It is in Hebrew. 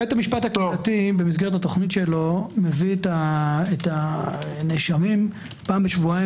בית המשפט- -- במסגרת התוכנית שלו מביא את הנאשמים פעם בשבועיים